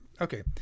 Okay